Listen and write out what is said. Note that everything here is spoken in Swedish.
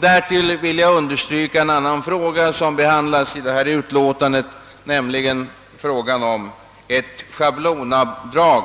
Därtill vill jag framhålla en annan fråga som behandlats i detta utlåtande, nämligen frågan om ett schablonavdrag